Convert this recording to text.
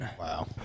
Wow